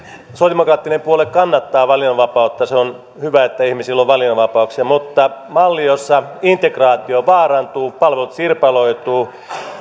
sosiaalidemokraattinen puolue kannattaa valinnanvapautta se on hyvä että ihmisillä on valinnanvapauksia mutta malli jossa integraatio vaarantuu palvelut sirpaloituvat palvelut